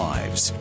Lives